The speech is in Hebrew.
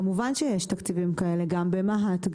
כמובן שיש תקציבים כאלה גם במה"ט,